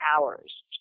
Hours